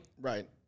Right